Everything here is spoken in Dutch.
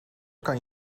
kan